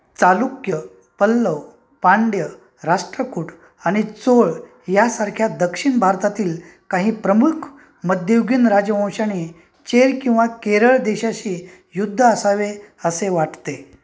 चालुक्य पल्लव पांड्य राष्ट्रकुट आणि चोळ यासारख्या दक्षिण भारतातील काही प्रमुख मध्ययुगीन राजवंशांनी चेर किंवा केरळ देशाशी युद्ध असावे असे वाटते